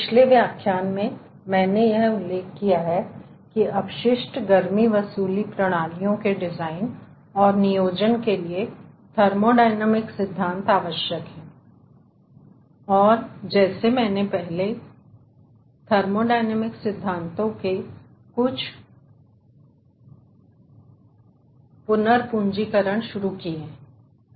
पिछले व्याख्यान में मैंने उल्लेख किया है कि अपशिष्ट गर्मी वसूली प्रणालियों के डिजाइन और नियोजन के लिए थर्मोडायनामिक सिद्धांत आवश्यक हैं और जैसे हमने थर्मोडायनामिक सिद्धांतों के कुछ पुनर्पूंजीकरण शुरू किए हैं